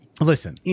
listen